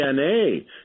DNA